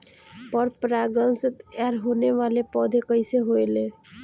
पर परागण से तेयार होने वले पौधे कइसे होएल?